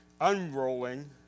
unrolling